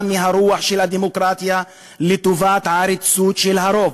מהרוח של הדמוקרטיה לטובת העריצות של הרוב,